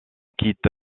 quitte